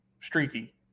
streaky